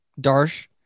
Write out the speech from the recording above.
Darsh